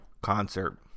concert